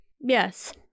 Yes